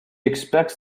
expects